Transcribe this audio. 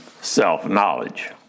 self-knowledge